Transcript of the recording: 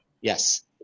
Yes